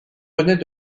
bonnet